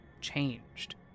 changed